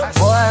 boy